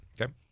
okay